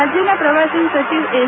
રાજયના પ્રવાસન સચિવ એસ